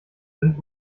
sind